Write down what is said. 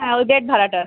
হ্যাঁ ওই বেড ভাড়াটা